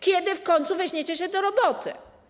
Kiedy w końcu weźmiecie się do roboty?